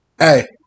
Hey